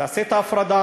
תעשה את ההפרדה.